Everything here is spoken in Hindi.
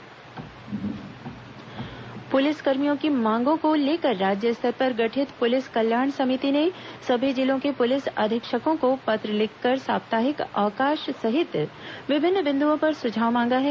पुलिसकर्मी समिति पुलिस क र् िम यों की मांगों को लेकर राज्य स्तर पर गठित पुलिस कल्याण समिति ने सभी जिलों के पुलिस अ धीक्षकों को पत्र लिखकर साप्ताहिक अवकाश सहित विभिन्न बिन्दुओं पर सुझाव मांगा है